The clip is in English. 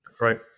right